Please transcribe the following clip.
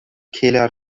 keller